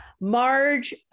Marge